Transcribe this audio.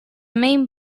main